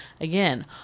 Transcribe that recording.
Again